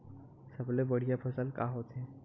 सबले बढ़िया फसल का होथे?